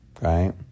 Right